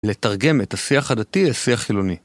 לתרגם את השיח הדתי לשיח חילוני.